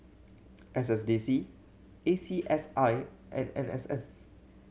S S D C A C S I and N S F